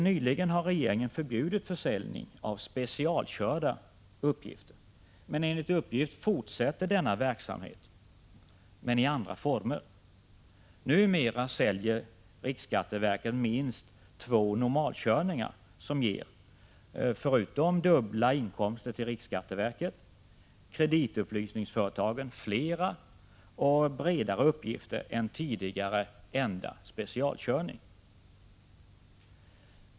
Nyligen har regeringen förbjudit försäljning av ”specialkörda” uppgifter, men enligt uppgift fortsätter denna verksamhet, dock i andra former. Numera säljer riksskatteverket minst två ”normalkörningar”, som — förutom dubbla inkomster till riksskatteverket — ger kreditupplysningsföretagen flera och bredare uppgifter än den enda ”specialkörning” som tidigare förekom.